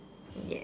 ya